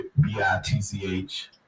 B-I-T-C-H